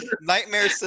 Nightmare